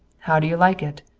how do you like it?